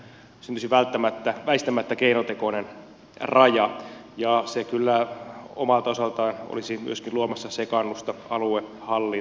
se olisi väistämättä keinotekoinen raja ja se kyllä omalta osaltaan olisi myöskin luomassa sekaannusta aluehallintoon